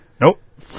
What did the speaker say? Nope